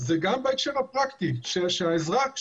אלא זה גם בהקשר הפרקטי כך שהאזרח יידע